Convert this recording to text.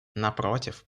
напротив